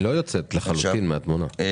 היא לא יוצאת לחלוטין מן התמונה.